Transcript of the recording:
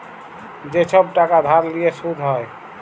যে ছব টাকা ধার লিঁয়ে সুদ হ্যয়